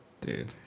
Dude